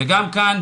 וגם כאן,